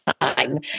time